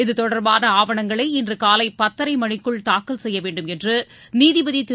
இது தொடர்பான ஆவணங்களை இன்று காலை பத்தரை மணிக்குள் தாக்கல் செய்ய வேண்டுமென்று நீதிபதி திரு